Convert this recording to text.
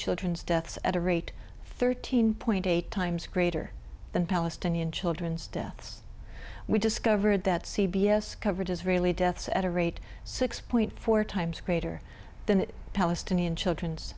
children's deaths at a rate thirteen point eight times greater than palestinian children's deaths we discovered that c b s covered israeli deaths at a rate six point four times greater than palestinian children's